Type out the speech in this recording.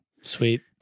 Sweet